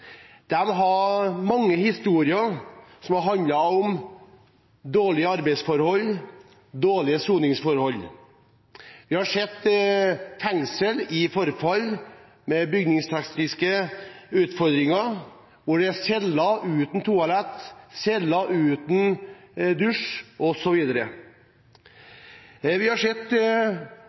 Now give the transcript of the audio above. har mange historier, som har handlet om dårlige arbeidsforhold og dårlige soningsforhold. Vi har sett fengsler i forfall, med bygningstekniske utfordringer, hvor det er celler uten toalett, celler uten dusj osv. Vi har sett